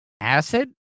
Acid